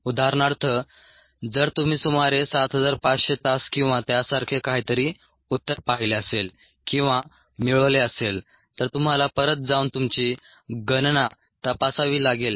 उदाहरणार्थ जर तुम्ही सुमारे 7500 तास किंवा त्यासारखे काहीतरी उत्तर पाहिले असेल किंवा मिळवले असेल तर तुम्हाला परत जाऊन तुमची गणना तपासावी लागेल